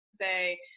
say